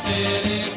City